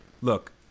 look